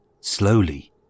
slowly